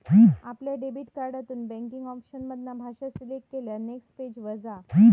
आपल्या डेबिट कार्डातून banking option मधना भाषा सिलेक्ट केल्यार नेक्स्ट पेज वर जा